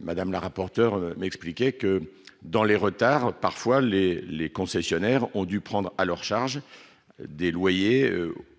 madame la rapporteure m'expliquer que dans les retards parfois les les concessionnaires ont dû prendre à leur charge des loyers